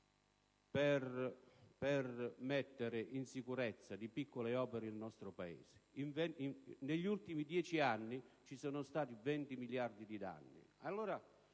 per mettere in sicurezza il nostro Paese. Negli ultimi dieci anni ci sono stati 20 miliardi di danni.